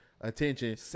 attention